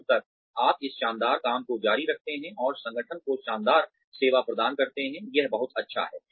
जब तक आप इस शानदार काम को जारी रखते हैं और संगठन को शानदार सेवा प्रदान करते हैं यह बहुत अच्छा है